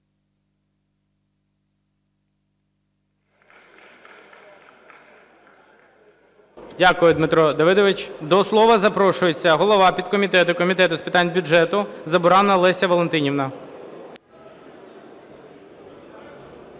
Дякую, Дмитро Давидович. До слова запрошується голова підкомітету Комітету з питань бюджету Забуранна Леся Валентинівна.